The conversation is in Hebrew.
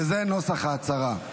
וזה נוסח ההצהרה: